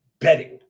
betting